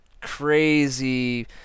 crazy